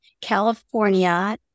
California